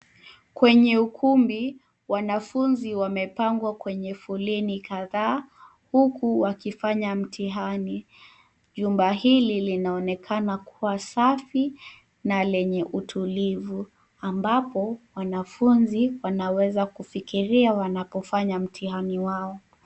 Kwenye ukumbi, wanafunzi wamepangwa kwenye foleni kadhaa huku wakifanya mtihani. Jumba hili linaonekana kuwa safi na lenye utulivu ambapo wanafunzi wanaweza kufikiria wanapofanya mtihani wao.